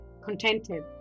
contented